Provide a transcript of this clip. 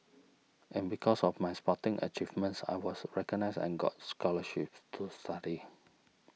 and because of my sporting achievements I was recognised and got scholarships to study